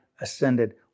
ascended